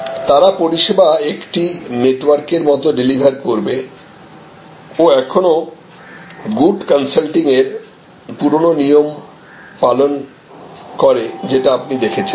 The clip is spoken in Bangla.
তারা পরিষেবা একটি নেটওয়ার্কের মত ডেলিভার করবে ও এখনো গুড কনসাল্টিং এর পুরনো নিয়ম পালন করে যেটা সামনে দেখেছেন